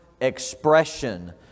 expression